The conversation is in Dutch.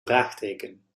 vraagteken